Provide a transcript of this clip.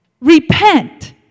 Repent